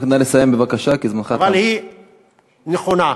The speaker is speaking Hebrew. אבל היא נכונה.